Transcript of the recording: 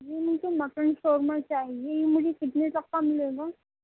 جی مجھے mutton shawarma چاہیے یہ مجھے کتنے تک کا ملے گا